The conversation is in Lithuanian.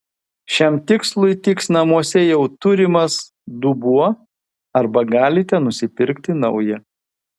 šiam tikslui tiks namuose jau turimas dubuo arba galite nusipirkti naują